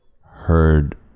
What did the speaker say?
heard